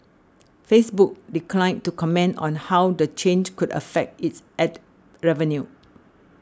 Facebook declined to comment on how the change could affect its ad revenue